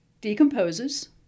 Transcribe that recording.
decomposes